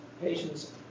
patients